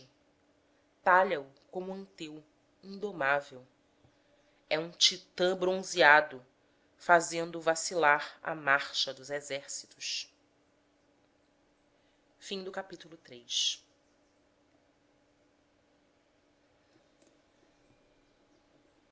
talha o como anteu indomável é um titã bronzeado fazendo vacilar a marcha dos exércitos